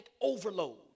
overload